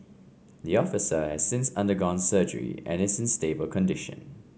the officer has since undergone surgery and is in stable condition